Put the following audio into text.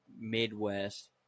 Midwest